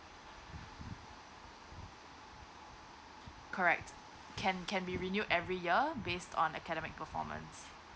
correct can can be renewed every year based on academic performance